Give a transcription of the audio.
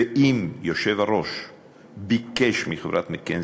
ואם היושב-ראש ביקש מחברת "מקינזי"